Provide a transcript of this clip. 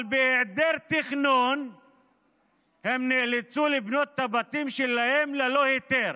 אבל בהיעדר תכנון הם נאלצו לבנות את הבתים שלהם ללא היתר,